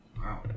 Wow